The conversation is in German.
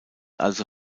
also